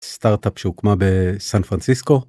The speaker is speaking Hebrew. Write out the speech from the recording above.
סטארטאפ שהוקמה בסן פרנציסקו.